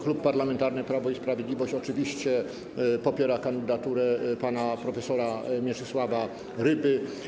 Klub Parlamentarny Prawo i Sprawiedliwość oczywiście popiera kandydaturę pana prof. Mieczysława Ryby.